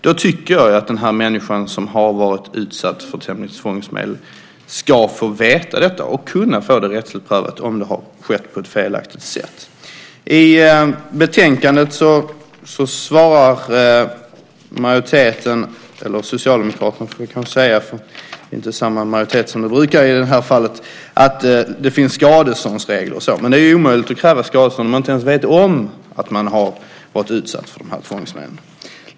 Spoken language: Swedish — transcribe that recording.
Då tycker jag den som har varit utsatt för hemliga tvångsmedel ska få veta detta och kunna få det rättsligt prövat om det har skett på ett felaktigt sätt. I betänkandet svarar majoriteten - eller Socialdemokraterna får jag kanske säga, för i det här fallet är det inte samma majoritet som det brukar vara - att det finns skadeståndsregler. Men det är ju omöjligt att kräva skadestånd om man inte ens vet om att man har varit utsatt för tvångsmedel.